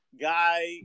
guy